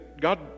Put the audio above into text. God